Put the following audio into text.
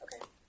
Okay